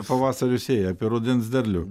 apie pavasario sėją apie rudens derlių